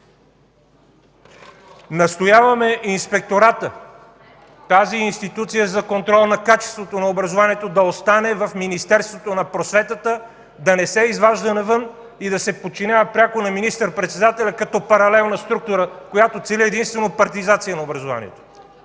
Настояваме Инспекторатът, тази институция за контрол на качеството на образованието, да остане в Министерството на просветата, да не се изважда навън и да се подчинява пряко на министър-председателя като паралелна структура, която цели единствено партизация на образованието.